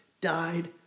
died